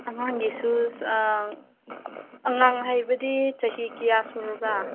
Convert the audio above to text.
ꯑꯉꯥꯡꯒꯤ ꯁꯨꯁ ꯑꯉꯥꯡ ꯍꯥꯏꯕꯗꯤ ꯆꯍꯤ ꯀꯌꯥ ꯁꯨꯔꯕ